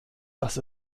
dass